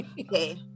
okay